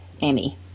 Amy